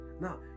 now